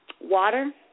water